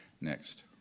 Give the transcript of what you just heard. Next